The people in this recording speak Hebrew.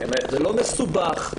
זה לא מסובך,